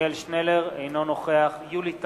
אינו נוכח יולי תמיר,